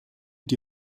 die